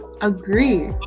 agree